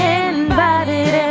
invited